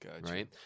right